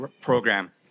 program